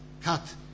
cut